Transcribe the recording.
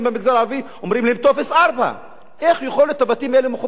אומרים להם: טופס 4. איך יכול להיות שהבתים האלה מחוברים בכבישי גישה,